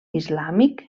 islàmic